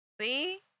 See